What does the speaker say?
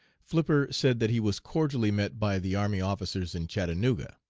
flipper said that he was cordially met by the army officers in chattanooga.